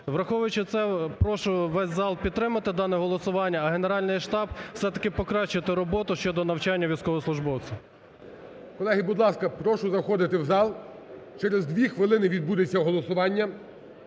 Враховуючи це, прошу весь зал підтримати дане голосування, а Генеральний штаб – все-таки покращити роботу щодо навчання військовослужбовців. ГОЛОВУЮЧИЙ. Колеги, будь ласка, прошу заходити в зал. Через дві хвилини відбудеться голосування.